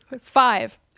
five